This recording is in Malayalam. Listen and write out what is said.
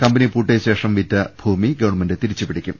കമ്പനി പൂട്ടിയശേഷം വിറ്റ ഭൂമി ഗവൺമെന്റ് തിരി ച്ചുപിടിക്കും